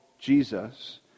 Jesus